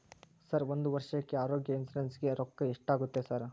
Sir ಒಂದು ವರ್ಷಕ್ಕೆ ಆರೋಗ್ಯ ಇನ್ಶೂರೆನ್ಸ್ ಗೇ ರೊಕ್ಕಾ ಎಷ್ಟಾಗುತ್ತೆ ಸರ್?